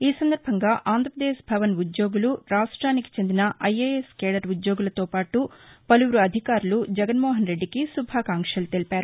ఈసందర్బంగా ఆంధ్రప్రదేశ్ భవన్ ఉద్యోగులు రాష్ట్రెనికి చెందిన ఐఎఎస్ కేడర్ ఉద్యోగులతో పాటు పలువురు జగన్మోహన్ రెడ్డికి శుభాకాంక్షలు తెలిపారు